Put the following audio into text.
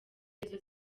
arizo